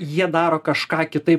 jie daro kažką kitaip